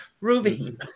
Ruby